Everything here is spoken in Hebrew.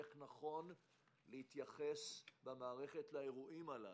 איך נכון להתייחס במערכת לאירועים הללו.